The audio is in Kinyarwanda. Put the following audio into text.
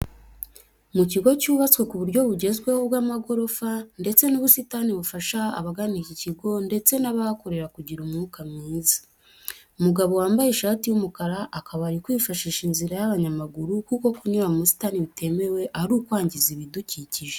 Mu kigo cyubatswe ku buryo bugezweho bw'amagorofa, ndetse n'ubusitani bufasha abagana iki kigo ndetse n'abahakorera kugira umwuka mwiza. Umugabo wambaye ishati y'umukara akaba ari kwifashisha inzira y'abanyamaguru kuko kunyura mu busitani bitemewe ari ukwangiza ibidukikije.